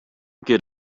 get